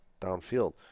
downfield